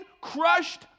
crushed